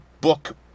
book